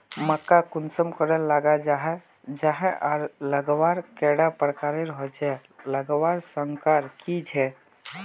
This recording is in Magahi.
मक्का कुंसम करे लगा जाहा जाहा आर लगवार कैडा प्रकारेर होचे लगवार संगकर की झे?